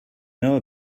know